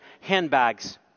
handbags